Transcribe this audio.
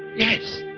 yes,